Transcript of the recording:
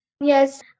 Yes